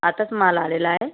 आताच माल आलेला आहे